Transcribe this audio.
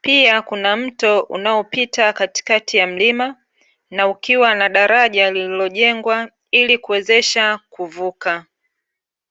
pia kuna mto unaopita katikati ya mlima na ukiwa na daraja lililojengwa ili kuwezesha kuvuka.